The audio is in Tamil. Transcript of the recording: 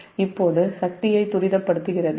இப்போது சக்தியை துரிதப்படுத்துகிறது Pa Pi Pe